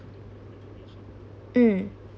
um